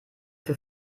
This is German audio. für